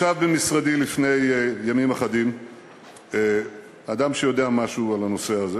ישב במשרדי לפני ימים אחדים אדם שיודע משהו על הנושא הזה,